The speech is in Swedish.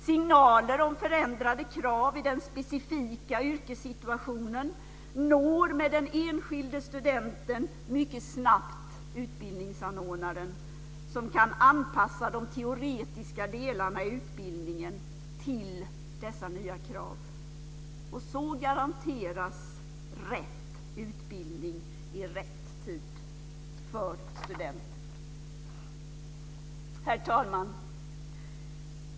Signaler om förändrade krav i den specifika yrkessituationen når med den enskilde studenten mycket snabbt utbildningsanordnaren som kan anpassa de teoretiska delarna i utbildningen till dessa nya krav. Herr talman!